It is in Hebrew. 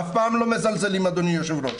אף פעם לא מזלזלים, אדוני היושב-ראש.